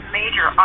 major